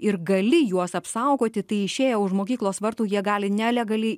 ir gali juos apsaugoti tai išėję už mokyklos vartų jie gali nelegaliai